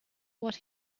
what